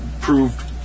proved